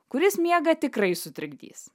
kuris miegą tikrai sutrikdys